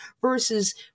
versus